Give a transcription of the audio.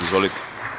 Izvolite.